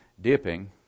dipping